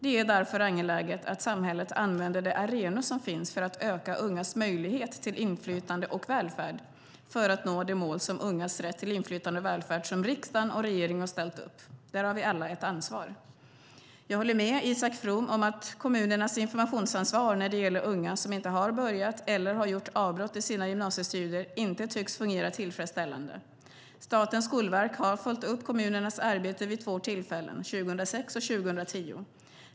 Det är därför angeläget att samhället använder de arenor som finns för att öka ungas möjlighet till inflytande och välfärd för att nå de mål om ungas rätt till inflytande och välfärd som riksdag och regering har ställt upp. Där har vi alla ett ansvar. Jag håller med Isak From om att kommunernas informationsansvar när det gäller unga som inte har börjat eller som har gjort avbrott i sina gymnasiestudier inte tycks fungera tillfredsställande. Statens skolverk har följt upp kommunernas arbete vid två tillfällen, 2006 och 2010.